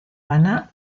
bana